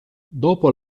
dopo